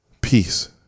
peace